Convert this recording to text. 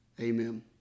Amen